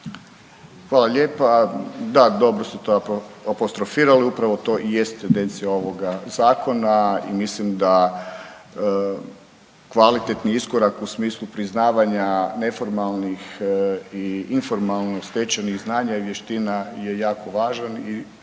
Hvala lijepa, da dobro ste to apostrofirali upravo to i jest tendencija ovoga zakona i mislim da kvalitetni iskorak u smislu priznavanja neformalnih i informalnih stečenih znanja i vještina je jako važan